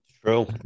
True